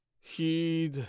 Heed